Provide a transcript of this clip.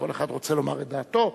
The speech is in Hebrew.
כל אחד רוצה לומר את דעתו,